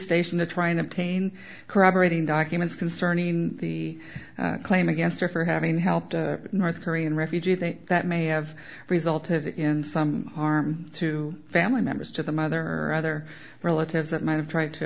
station to try and obtain corroborating documents concerning the claim against her for having helped north korean refugees think that may have resulted in some harm to family members to the mother or other relatives that might have tried to